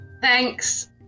Thanks